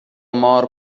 مار